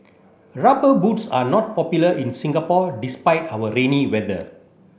rubber boots are not popular in Singapore despite our rainy weather